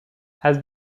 has